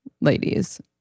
ladies